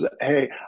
Hey